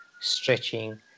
stretching